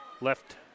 left